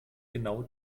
genau